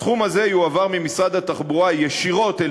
הסכום הזה יועבר ממשרד התחבורה ישירות אל